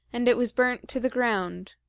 and it was burnt to the ground,